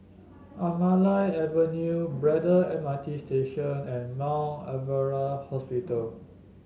Anamalai Avenue Braddell M R T Station and Mount Alvernia Hospital